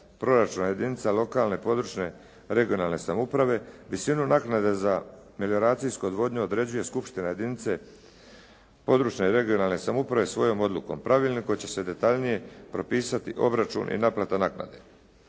proračuna jedinica lokalne, područne i regionalne samouprave, visinu naknade za melioracijsku odvodnju određuje skupština jedinice područne i regionalne samouprave svojom odlukom. Pravilnik koji će se detaljnije propisati obračun i naplata naknade.